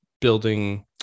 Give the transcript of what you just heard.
building